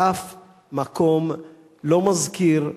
ואף מקום לא מזכיר,